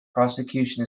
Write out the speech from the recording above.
prosecution